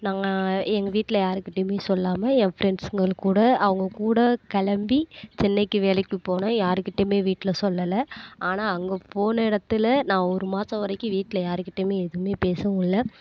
நாங்கள் எங்கள் வீட்டில் யாருகிட்டையுமே சொல்லாமல் என் ஃப்ரெண்ட்ஸ்ங்கள்கூட அவங்க கூட கிளம்பி சென்னைக்கு வேலைக்கு போனேன் யாருகிட்டையுமே வீட்டில் சொல்லலை ஆனால் அங்கே போன இடத்துல நான் ஒரு மாதம் வரைக்கும் வீட்டில் யாருகிட்டையுமே எதுவுமே பேசவும் இல்லை